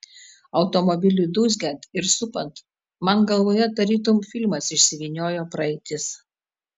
automobiliui dūzgiant ir supant man galvoje tarytum filmas išsivyniojo praeitis